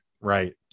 Right